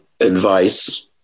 advice